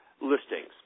listings